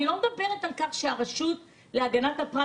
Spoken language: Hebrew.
אני לא מדברת על כך שהרשות להגנת הפרט